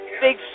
big